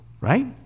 right